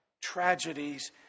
tragedies